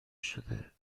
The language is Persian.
شده